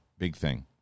bigthing